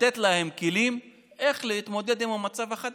לתת להם כלים איך להתמודד עם המצב החדש.